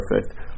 perfect